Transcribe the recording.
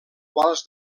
quals